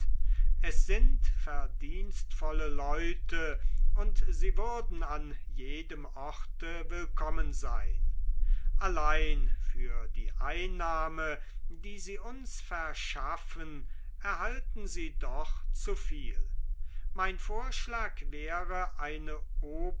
es sind verdienstvolle leute und sie würden an jedem orte willkommen sein allein für die einnahme die sie uns verschaffen erhalten sie doch zu viel mein vorschlag wäre eine